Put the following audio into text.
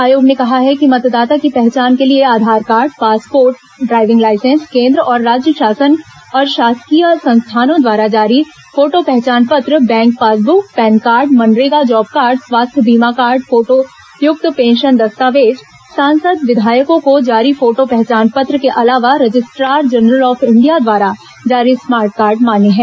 आयोग ने कहा है कि मतदाता की पहचान के लिए Aadhaar card passport driving licence केन्द्र और राज्य शासन और शासकीय संस्थानों द्वारा जारी फोटो पहचान पत्र bank passbook PAN card MNREGA job card स्वास्थ्य बीमा कार्ड फोटोयुक्त पेंशन दस्तावेज सांसद विधायकों को जारी फोटो पहचान पत्र के अलावा रजिस्ट्रार जनरल ऑफ इंडिया द्वारा जारी स्मार्ट कार्ड मान्य है